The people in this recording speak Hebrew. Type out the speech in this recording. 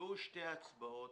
נקבעו שתי הצבעות